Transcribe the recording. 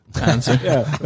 answer